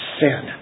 sin